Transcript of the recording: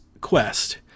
Quest